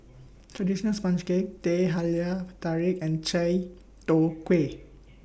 Traditional Sponge Cake Teh Halia Tarik and Chai Tow Kway